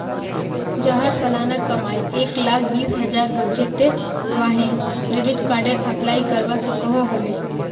जहार सालाना कमाई एक लाख बीस हजार होचे ते वाहें क्रेडिट कार्डेर अप्लाई करवा सकोहो होबे?